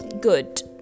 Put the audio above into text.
Good